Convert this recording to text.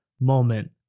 moment